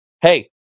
Hey